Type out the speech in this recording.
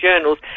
journals